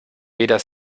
weder